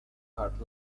hard